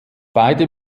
beide